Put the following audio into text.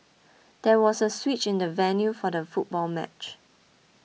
there was a switch in the venue for the football match